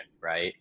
right